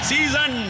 Season